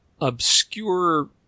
obscure